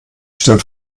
stellt